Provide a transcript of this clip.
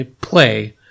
play